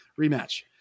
rematch